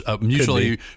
mutually